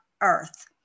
earth